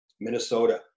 Minnesota